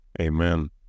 Amen